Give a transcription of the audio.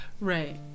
right